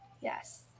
yes